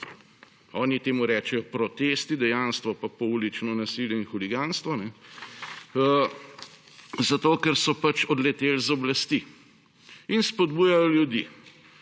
Oni temu rečejo protesti, dejansko pa je poulično nasilje in huliganstvo, zato ker so pač odleteli z oblasti. In spodbujajo ljudi,